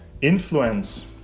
influence